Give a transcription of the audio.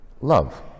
love